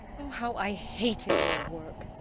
oh, how i hated your work!